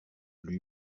lui